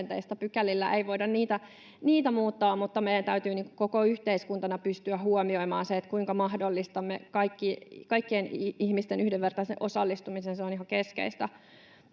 Pykälillä ei voida niitä muuttaa, mutta meidän täytyy koko yhteiskuntana pystyä huomioimaan, kuinka mahdollistamme kaikkien ihmisten yhdenvertaisen osallistumisen. Se on ihan keskeistä.